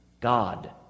God